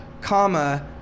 Comma